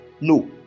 No